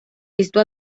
esto